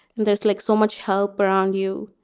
and there's like so much help around you.